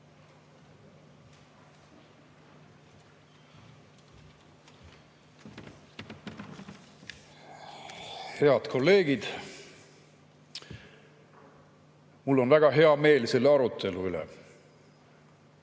Head kolleegid! Mul on väga hea meel selle arutelu üle.